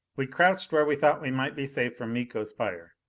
we crouched where we thought we might be safe from miko's fire.